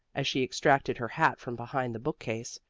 as she extracted her hat from behind the bookcase,